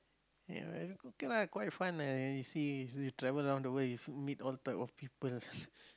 ya okay lah quite fun lah you see you travel around the world you meet all type of people